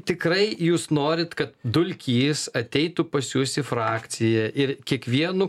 tikrai jūs norit kad dulkys ateitų pas jus į frakciją ir kiekvienu